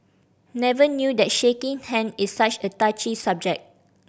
never knew that shaking hand is such a touchy subject